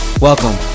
Welcome